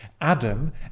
Adam